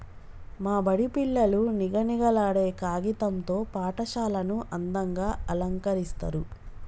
మా బడి పిల్లలు నిగనిగలాడే కాగితం తో పాఠశాలను అందంగ అలంకరిస్తరు